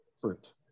fruit